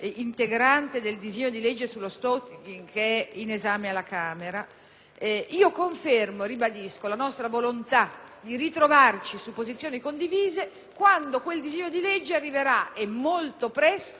confermo e ribadisco la nostra volontà di ritrovarci su posizioni condivise quando quel disegno di legge arriverà - molto presto - in Senato.